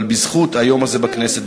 אבל בזכות היום הזה בכנסת,